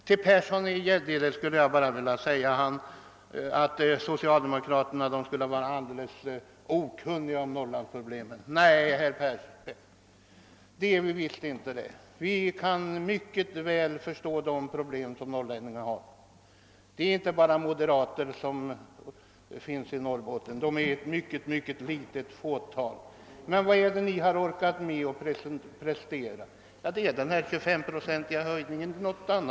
Herr Persson i Gäddede ansåg att socialdemokraterna skulle vara alldeles okunniga om Norrlandsproblemen. Nej, herr Persson, så är inte alls fallet. Vi kan mycket väl förstå norrlänningarnas problem. Det finns inte bara moderater i Norrbotten; de utgör i själva verket ett litet fåtal. Men det enda förslag ni kunnat prestera i fråga om jordbruket i Norrland är den 25-procentiga höjningen av extra mjölkpristillägget.